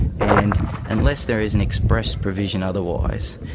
and unless there is an express provision otherwise,